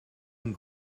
and